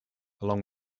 along